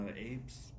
Apes